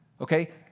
okay